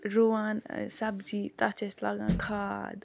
رُوان سبزی تَتھ چھِ أسۍ لاگان کھاد